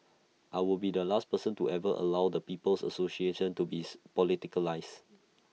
I will be the last person to ever allow the people's association to be politicised